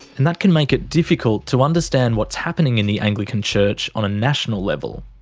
and that can make it difficult to understand what's happening in the anglican church on a national level.